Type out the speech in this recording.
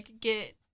get